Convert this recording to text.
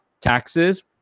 taxes